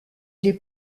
les